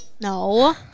No